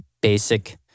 basic